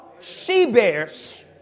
She-bears